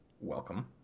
Welcome